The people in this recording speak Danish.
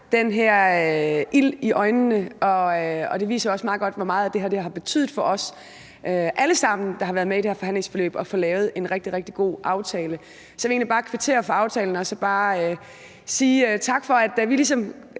den her ild i øjnene, og det viser også meget godt, hvor meget det her har betydet for os alle sammen, der har været med i det her forhandlingsforløb, at vi har fået lavet en rigtig, rigtig god aftale. Så jeg vil egentlig bare kvittere for aftalen og sige tak. Vi lagde